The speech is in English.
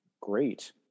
great